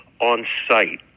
on-site